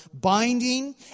binding